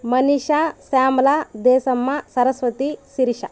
Manisha Shyamala Deshamma Saraswati Sirisha